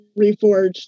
reforged